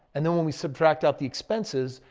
and then when we subtract out the expenses,